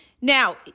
Now